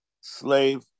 slave